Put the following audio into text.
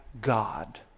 God